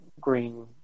Green